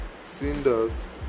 cinders